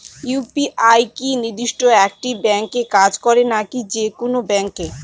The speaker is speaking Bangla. ইউ.পি.আই কি নির্দিষ্ট একটি ব্যাংকে কাজ করে নাকি যে কোনো ব্যাংকে?